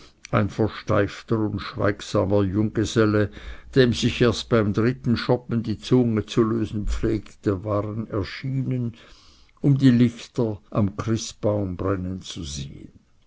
ein versteifter und schweigsamer junggeselle dem sich erst beim dritten schoppen die zunge zu lösen pflegte waren erschienen um die lichter am christbaum brennen zu sehen